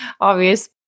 obvious